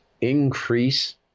Increase